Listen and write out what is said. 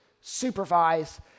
supervise